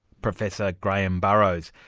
professor graham burrows.